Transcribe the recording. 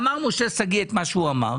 אמר משה שגיא את מה שהוא אמר.